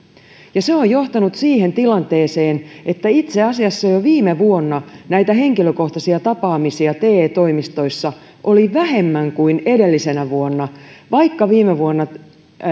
ja se on johtanut siihen tilanteeseen että itse asiassa jo jo viime vuonna näitä henkilökohtaisia tapaamisia te toimistoissa oli vähemmän kuin edellisenä vuonna vaikka viime vuonna työttö